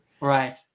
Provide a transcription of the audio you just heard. Right